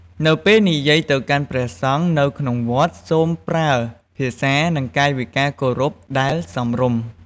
នៅពេលនិយាយទៅកាន់ព្រះសង្ឃនៅក្នុងវត្ត សូមប្រើភាសា និងកាយវិការគោរពដែលសមរម្យ។